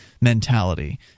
mentality